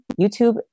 YouTube